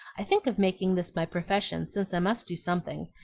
i think of making this my profession since i must do something.